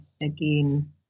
Again